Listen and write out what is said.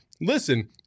Listen